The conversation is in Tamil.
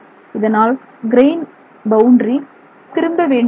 இதனால் கிரெயின் பவுண்டரி திரும்ப வேண்டியுள்ளது